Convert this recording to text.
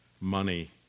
money